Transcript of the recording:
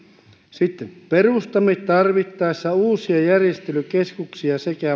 sitten perustamme tarvittaessa uusia järjestelykeskuksia sekä